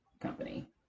company